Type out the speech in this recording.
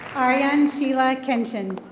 ayan sheila kan chan.